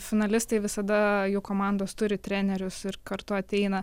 finalistai visada jų komandos turi trenerius ir kartu ateina